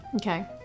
Okay